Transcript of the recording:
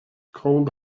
cold